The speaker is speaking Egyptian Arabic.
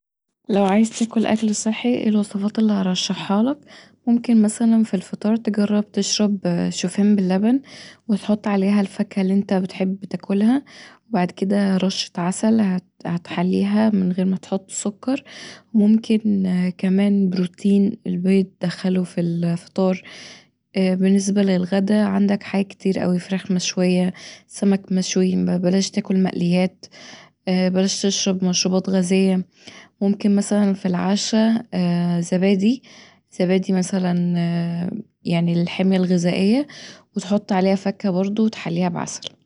لو عايز تاكل اكل صحي ايه الوصفات اللي هرشحهالك ممكن مثلا في الفطار تجرب تشرب شوفان باللبن وتحط عليها الفاكهه اللي انت بتحب تاكلها وبعد كدا رشة عسل هتحليها من غير ما تحط سكر وممكن كمان بروتين البيض تدخله في الفطار، بالنسبة للغدا عندك حاجات كتير اوي فراخ مشوية سمك مشوي بلاش تاكل مقليات بلاش تشرب مشروبات غازيه ممكن مثلا في العشا زبادي زبادي مثلا للحمية الغذاية وتحط عليها فاكهه وتحليها بعسل